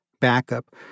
backup